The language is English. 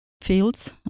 fields